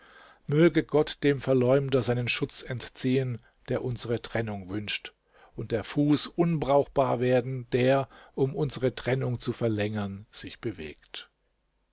möge gott dem verleumder seinen schutz entziehen der unsere trennung wünscht und der fuß unbrauchbar werden der um unsere trennung zu verlängern sich bewegt